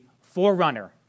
forerunner